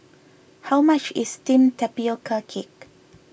how much is Steamed Tapioca Cake